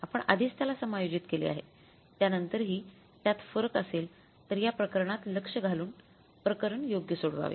आपण आधीच त्याला समायोजित केले आहे त्यानंतरही त्यात फरक असेल तर या प्रकरणात लक्ष घालून प्रकरण योग्य सोडवावे